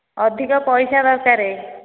ଅଧିକ ପଇସା ଦରକାରେ